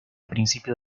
principios